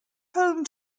home